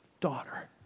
Daughter